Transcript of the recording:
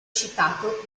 citato